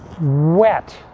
wet